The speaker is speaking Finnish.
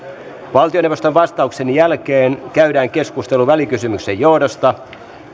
valtioneuvoston vastauksen jälkeen käydään keskustelu välikysymyksen johdosta